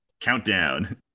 countdown